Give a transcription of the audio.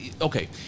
okay